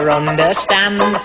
understand